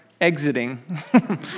exiting